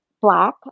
black